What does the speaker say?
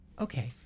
Okay